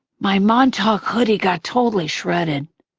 my montauk hoodie got totally shredded.